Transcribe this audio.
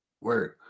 Word